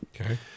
Okay